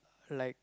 like